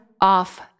off